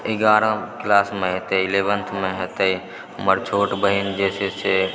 एगारह क्लासमे हेतै इलेवन्थमे हेतै हमर छोट बहिन जे छै से